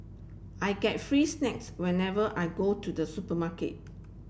I get free snacks whenever I go to the supermarket